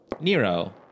Nero